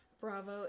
Bravo